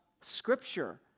Scripture